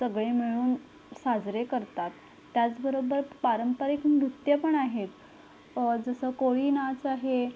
सगळे मिळून साजरे करतात त्याचबरोबर पारंपरिक नृत्य पण आहेत जसं कोळी नाच आहे